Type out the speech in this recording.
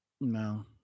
No